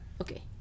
okay